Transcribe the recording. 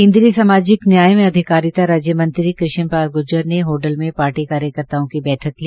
केन्द्रीय सामाजिक न्याय एवं अधिकारिता राज्य मंत्री कृष्ण पाल गूर्जर ने होडल मे पार्टी कार्यकर्ताओं की बैठक ली